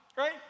right